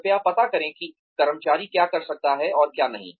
कृपया पता करे कि कर्मचारी क्या कर सकता है और क्या नही